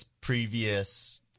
previous